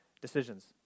decisions